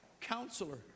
Counselor